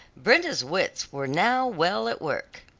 brenda's wits were now well at work.